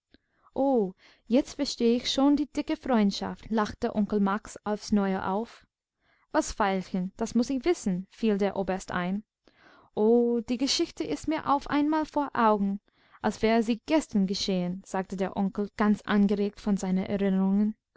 jetzt versteh ich schon die dicke freundschaft lachte onkel max auf's neue auf was veilchen das muß ich wissen fiel der oberst ein o die geschichte ist mir auf einmal vor augen als wäre sie gestern geschehen sagte der onkel ganz angeregt von seinen erinnerungen